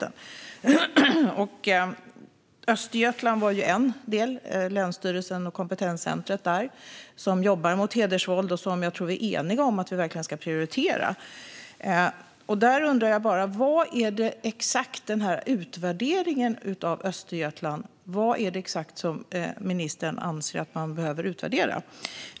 Det gäller bland annat Länsstyrelsen Östergötlands kompetenscentrum mot hedersvåld, som bedriver ett arbete som jag tror att vi är eniga om ska prioriteras. När det gäller utvärderingen av denna verksamhet, vad är det exakt ministern anser behöver utvärderas?